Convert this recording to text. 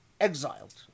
exiled